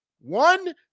one